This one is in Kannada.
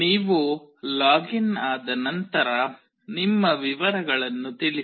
ನೀವು ಲಾಗಿನ್ ಆದ ನಂತರ ನಿಮ್ಮ ವಿವರಗಳನ್ನು ತಿಳಿಸಿ